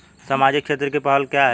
सामाजिक क्षेत्र की पहल क्या हैं?